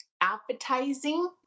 appetizing